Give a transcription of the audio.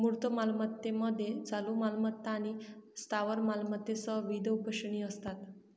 मूर्त मालमत्तेमध्ये चालू मालमत्ता आणि स्थावर मालमत्तेसह विविध उपश्रेणी असतात